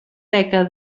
beca